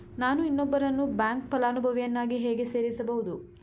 ನಾನು ಇನ್ನೊಬ್ಬರನ್ನು ಬ್ಯಾಂಕ್ ಫಲಾನುಭವಿಯನ್ನಾಗಿ ಹೇಗೆ ಸೇರಿಸಬಹುದು?